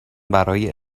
برای